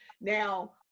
Now